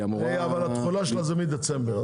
אבל התחולה שלה מדצמבר.